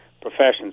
professions